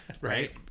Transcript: right